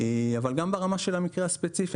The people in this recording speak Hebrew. אבל גם ברמה של המקרה הספציפי.